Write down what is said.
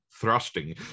thrusting